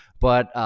but,